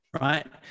Right